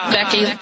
Becky